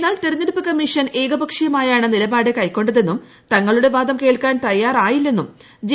എന്നാൽ തെരഞ്ഞെടുപ്പ് കമ്മീഷൻ ഏകപക്ഷീയമായാണ് നിലപാട് കൊക്കൊണ്ടതെന്നും തങ്ങളുടെ വാദം കേൾക്കാൻ തയ്യാറായില്ലെന്നും ജെ